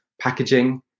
packaging